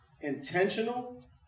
intentional